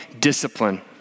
discipline